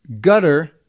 gutter